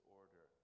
order